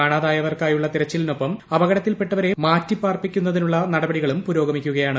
കാണാതായവർക്കായുള്ള തെരച്ചിലിനൊപ്പം അപകടത്തിൽപ്പെട്ടവരെ മാറ്റിപാർപ്പിക്കുന്നതിനുള്ള നടപടികളും പുരോഗമിക്കുകയാണ്